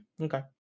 okay